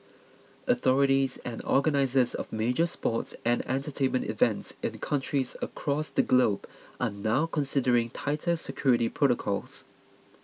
authorities and organisers of major sports and entertainment events in countries across the globe are now considering tighter security protocols